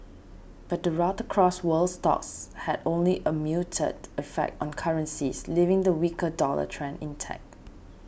but the rout across world stocks had only a muted effect on currencies leaving the weak dollar trend intact